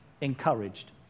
Encouraged